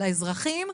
לאזרחים,